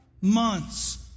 months